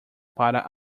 para